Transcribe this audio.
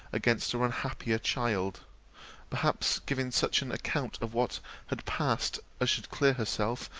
against her unhappier child perhaps giving such an account of what had passed, as should clear herself,